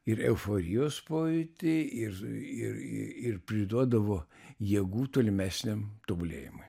ir euforijos pojūtį ir ir ir priduodavo jėgų tolimesniam tobulėjimui